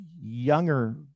younger